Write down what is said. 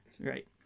right